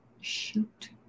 Shoot